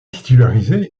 titularisé